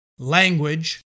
language